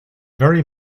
very